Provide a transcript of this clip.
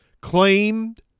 Claimed